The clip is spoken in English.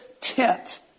tent